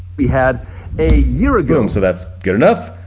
we had a year ago, boom, so that's good enough.